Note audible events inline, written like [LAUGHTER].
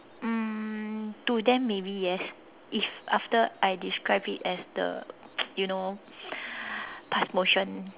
um to them maybe yes if after I described it as the [NOISE] you know pass motion